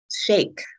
shake